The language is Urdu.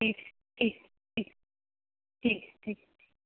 ٹھیک ٹھیک ٹھیک ٹھیک ٹھیک